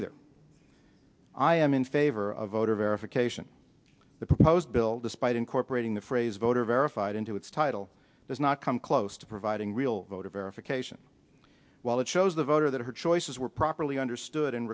either i am in favor of voter verification the proposed bill despite incorporating the phrase voter verified into its title does not come close to providing real voter verification while it shows the voter that her choices were properly understood and